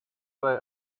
why